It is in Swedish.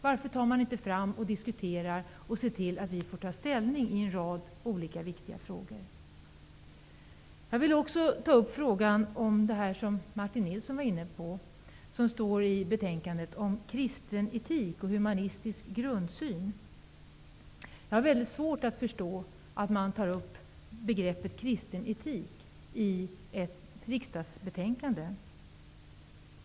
Varför tar man inte fram och diskuterar det, och ser till att vi får ta ställning i en rad viktiga frågor? Jag vill också ta upp frågan om det som står i betänkandet om kristen etik och humanistisk grundsyn, som Martin Nilsson var inne på. Jag har mycket svårt att förstå att begreppet kristen etik tas upp i ett betänkande i riksdagen.